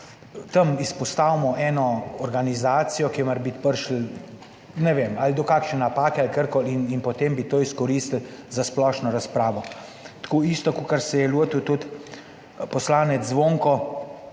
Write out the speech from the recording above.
tam izpostavimo eno organizacijo, kjer je morebiti prišlo, ne vem, ali do kakšne napake ali karkoli in potem bi to izkoristili za splošno razpravo. Tako isto kakor se je lotil tudi poslanec Zvonko,